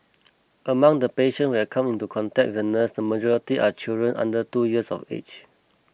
among the patient we are coming into contact with the nurse the majority are children under two years of age